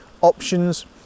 options